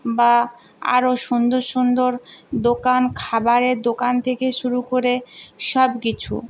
বা আরও সুন্দর সুন্দর দোকান খাবারের দোকান থেকে শুরু করে সব কিছু